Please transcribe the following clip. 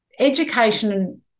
education